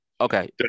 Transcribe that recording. Okay